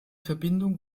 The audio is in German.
verbindung